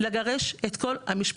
צריך לגרש את כל המשפחה.